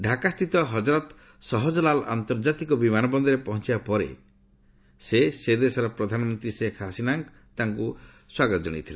ଢାକା ସ୍ଥିତ ହଜରତ ସହଜଲାଲ ଆନ୍ତର୍ଜାତିକ ବିମାନ ବନ୍ଦରରେ ପହଞ୍ଚିବା ପରେ ସେ ଦେଶର ପ୍ରଧାନମନ୍ତ୍ରୀ ଶେଖ୍ ହାସିନା ତାଙ୍କୁ ସେଠାରେ ସ୍ୱାଗତ ଜଣାଇଥିଲେ